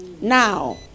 now